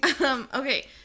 Okay